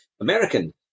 American